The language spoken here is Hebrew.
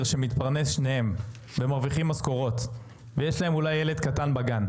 שמתפרנס שניהם והם מרוויחים משכורות ויש להם אולי ילד קטן בגן,